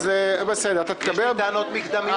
יש לי טענות מקדמיות.